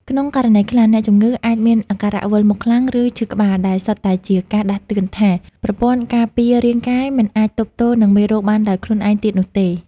ក្នុងករណីខ្លះ អ្នកជំងឺអាចមានអាការៈវិលមុខខ្លាំង ឬឈឺក្បាល ដែលសុទ្ធតែជាការដាស់តឿនថា ប្រព័ន្ធការពាររាងកាយមិនអាចទប់ទល់នឹងមេរោគបានដោយខ្លួនឯងទៀតនោះទេ។